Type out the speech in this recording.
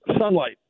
sunlight